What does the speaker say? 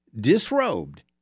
disrobed